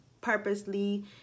purposely